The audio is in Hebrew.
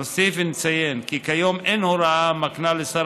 נוסיף ונציין כי כיום אין הוראה המקנה לשר